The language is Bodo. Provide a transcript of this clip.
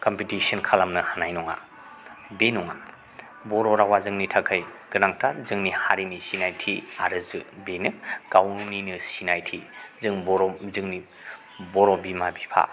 कम्पिटिस'न खालामनो हानाय नङा बे नङा बर' रावआ जोंनि थाखाय गोनांथार जोंनि हारिनि सिनायथि आरो बेनो गावनिनो सिनायथि जों बर' जोंनि बर' बिमा बिफा